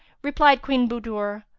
replied queen budur,